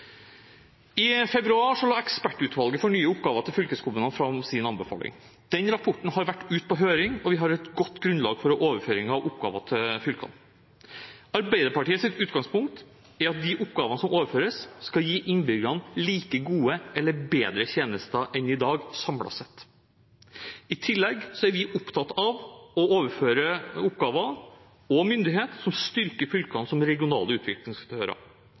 I februar la ekspertutvalget for nye oppgaver til fylkeskommunene fram sin anbefaling. Den rapporten har vært ute på høring, og vi har et godt grunnlag for overføring av oppgaver til fylkene. Arbeiderpartiets utgangspunkt er at de oppgavene som overføres, skal gi innbyggerne like gode eller bedre tjenester enn i dag, samlet sett. I tillegg er vi opptatt av å overføre oppgaver og myndighet som styrker fylkene som regionale utviklingsaktører.